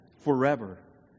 forever